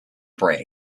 break